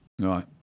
Right